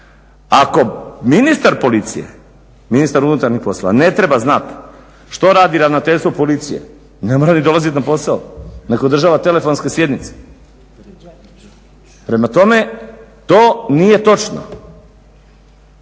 predmet istrage. Ako ministar unutarnjih poslova ne treba znat što radi Ravnateljstvo Policije ne mora ni dolazit na posao, nek održava telefonske sjednice. Prema tome to nije točno